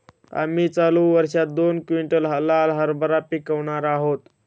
आम्ही चालू वर्षात दोन क्विंटल लाल हरभरा पिकावणार आहोत